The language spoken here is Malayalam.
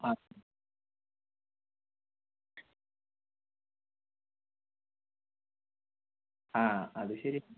ആ ആ അത് ശരിയാണ്